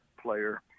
player